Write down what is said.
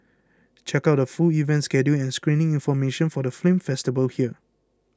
check out the full event schedule and screening information for the film festival here